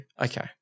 Okay